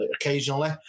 occasionally